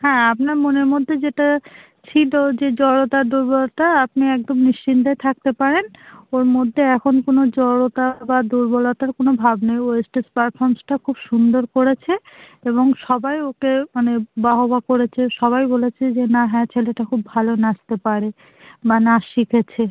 হ্যাঁ আপনার মনের মধ্যে যেটা ছিল যে জড়তা দুর্বলতা আপনি একদম নিশ্চিন্তে থাকতে পারেন ওর মধ্যে এখন কোনো জড়তা বা দুর্বলতার কোনো ভাব নেই ও স্টেজ পারফরমেন্সটা খুব সুন্দর করেছে এবং সবাই ওকে মানে বাহবা করেছে সবাই বলেছে যে না হ্যাঁ ছেলেটা খুব ভালো নাচতে পারে বা নাচ শিখেছে